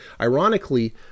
Ironically